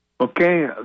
Okay